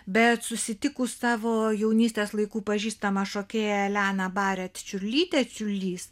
bet susitikus savo jaunystės laikų pažįstamą šokėja eleną baret čiurlytę čiurlys